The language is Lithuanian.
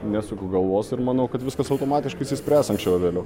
nesuku galvos ir manau kad viskas automatiškai išsispręs anksčiau ar vėliau